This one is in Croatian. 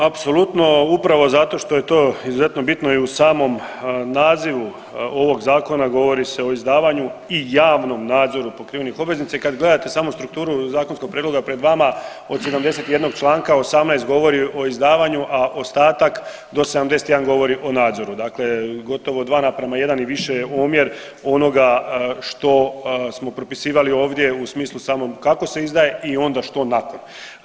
Apsolutno upravo zato što je to izuzetno bitno i u samom nazivu ovog zakona govori se o izdavanju i javnom nadzoru pokrivenih obveznica i kad gledate samo strukturu zakonskog prijedloga pred vama od 71 članka 18 govori o izdavanju, a ostatak do 71 govori o nadzoru, dakle 2:1 i više je omjer onoga što smo propisivali ovdje u smislu samom kako se izdaje i onda što nakon.